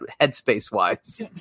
headspace-wise